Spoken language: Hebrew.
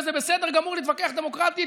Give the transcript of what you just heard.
וזה בסדר גמור להתווכח דמוקרטית,